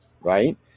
Right